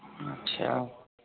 अच्छा